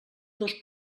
dos